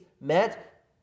met